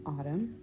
Autumn